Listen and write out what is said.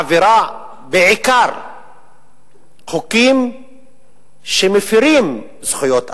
מעבירה בעיקר חוקים שמפירים זכויות אדם,